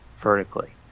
vertically